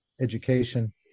education